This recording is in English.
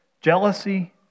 jealousy